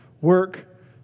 work